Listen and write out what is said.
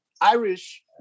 Irish